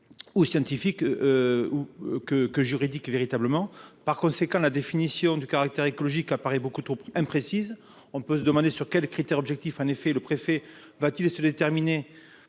ou scientifique ou que que juridique, véritablement, par conséquent, la définition du caractère écologique apparaît beaucoup trop imprécises, on peut se demander sur quels critères objectifs en effet le préfet va-t-il se déterminer